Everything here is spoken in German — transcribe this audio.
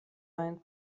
einen